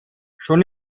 schon